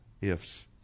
ifs